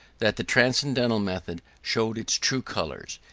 that the transcendental method showed its true colours.